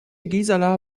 gisela